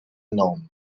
known